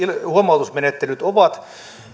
huomautusmenettelyt ovat